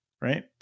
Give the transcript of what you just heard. right